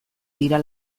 dira